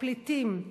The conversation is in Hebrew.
הפליטים,